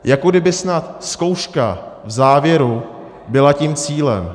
Jako kdyby snad zkouška v závěru byla tím cílem.